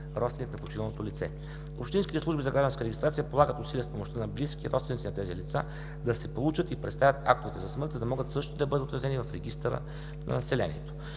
родственик на починалото лице. Общинските служби за гражданска регистрация полагат усилия с помощта на близки и родственици на тези лица да се получат и представят актове за смърт, за да могат същите да бъдат отразени в регистъра на населението.